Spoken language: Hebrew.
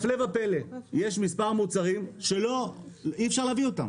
הפלא ופלא, יש מספר מוצרים שאי אפשר להביא אותם